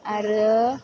आरो